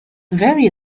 very